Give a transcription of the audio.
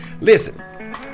Listen